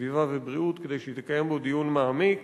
לסביבה ובריאות כדי שהיא תקיים בו דיון מעמיק